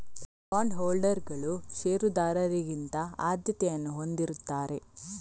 bond ಹೋಲ್ಡರುಗಳು ಷೇರುದಾರರಿಗಿಂತ ಆದ್ಯತೆಯನ್ನು ಹೊಂದಿರುತ್ತಾರೆ